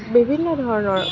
বিভিন্ন ধৰণৰ